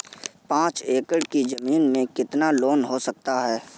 पाँच एकड़ की ज़मीन में कितना लोन हो सकता है?